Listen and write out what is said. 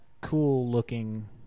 cool-looking